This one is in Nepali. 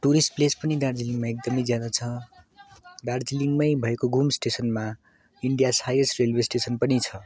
टुरिस्ट प्लेस पनि दार्जिलिङमा एकदमै ज्यादा छ दार्जिलिङमै भएको घुम स्टेसनमा इन्डियाज हाइयेस्ट रेल्वे स्टेसन पनि छ